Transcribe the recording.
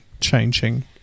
changing